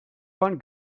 one